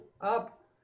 up